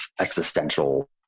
existential